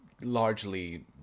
largely